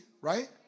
right